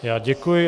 Já děkuji.